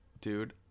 dude